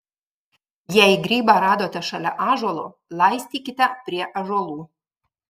jei grybą radote šalia ąžuolo laistykite prie ąžuolų